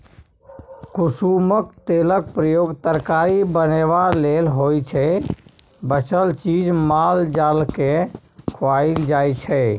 कुसुमक तेलक प्रयोग तरकारी बनेबा लेल होइ छै बचल चीज माल जालकेँ खुआएल जाइ छै